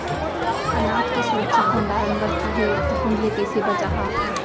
अनाज के सुरक्षित भण्डारण बर चूहे, फफूंद ले कैसे बचाहा?